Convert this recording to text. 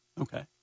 okay